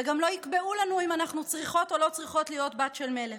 וגם לא יקבעו לנו אם אנחנו צריכות להיות או לא להיות בת של מלך.